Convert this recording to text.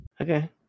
Okay